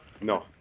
No